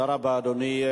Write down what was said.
תודה רבה, אדוני.